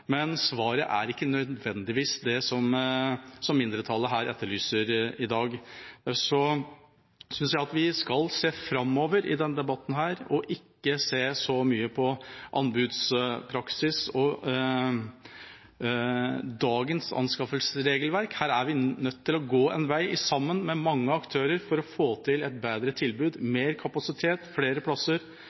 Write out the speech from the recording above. Men svaret er ikke nødvendigvis det som mindretallet etterlyser i dag. Jeg synes at vi skal se framover i denne debatten og ikke se så mye på anbudspraksis og dagens anskaffelsesregelverk. Her er vi nødt til å gå en vei sammen med mange aktører for å få til et bedre tilbud, mer kapasitet, flere plasser